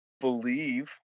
believe